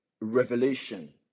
revelation